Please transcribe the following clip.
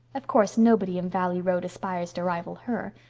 of course nobody in valley road aspires to rival her.